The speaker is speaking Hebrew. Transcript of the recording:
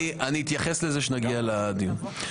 אני אתייחס לזה כשנגיע לדיון.